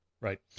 Right